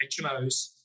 HMOs